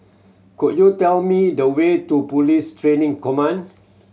could you tell me the way to Police Training Command